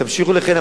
תמשיכו לכהן,